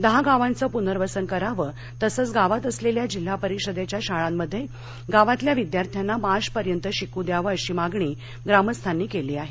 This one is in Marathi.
दहा गावांचं पुनर्वसन करावं तसंच गावात असलेल्या जिल्हा परिषदेच्या शाळांमध्ये गावातल्या विद्यार्थ्यांना मार्चपर्यंत शिकू द्यावं अशी मागणी ग्रामस्थांनी केली आहे